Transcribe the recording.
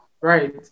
Right